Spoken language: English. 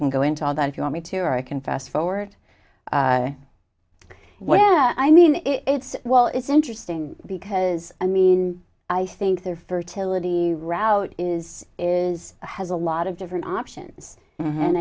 can go into all that if you want me to or i can fast forward well i mean it's well it's interesting because i mean i think their fertility route is is has a lot of different options and